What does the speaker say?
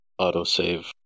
autosave